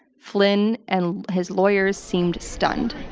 flynn and his lawyers seemed stunned.